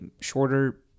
shorter